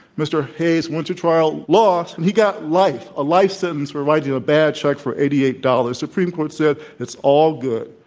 mr. hayes went to trial, lost, and he got life, a life sentence for writing a bad check for eighty eight dollars. supreme court said, it's all good.